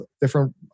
different